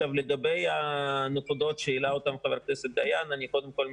לגבי הנקודות שהעלה חבר הכנסת דיין קודם כול,